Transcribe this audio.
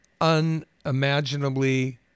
unimaginably